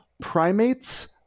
Primates